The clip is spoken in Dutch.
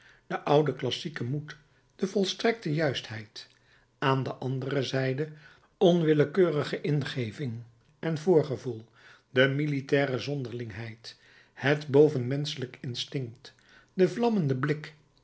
de oude klassieke moed de volstrekte juistheid aan de andere zijde onwillekeurige ingeving en voorgevoel de militaire zonderlingheid het bovenmenschelijk instinct de vlammende blik